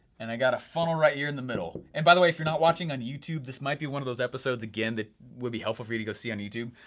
and i've got a funnel right here in the middle, and by the way, if you're not watching on youtube, this might be one of those episodes, again, that would be helpful for you to go see on youtube.